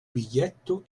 biglietto